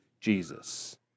Jesus